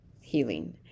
healing